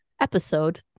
episode